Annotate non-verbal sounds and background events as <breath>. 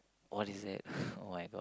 what is that <breath> [oh]-my-god